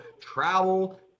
Travel